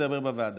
ידבר בוועדה.